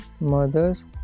mother's